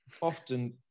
often